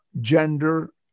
gender